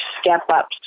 step-up